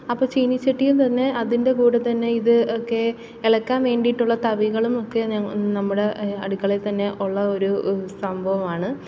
അപ്പോള് ചീനിച്ചട്ടിയിൽത്തന്നെ അതിൻ്റെ കൂടെത്തന്നെ ഇത് ഒക്കെ ഇളക്കാന് വേണ്ടിയിട്ടുള്ള തവികളും ഒക്കെ നമ്മുടെ അടുക്കളയില്ത്തന്നെ ഉള്ള ഒരു സംഭവമാണ്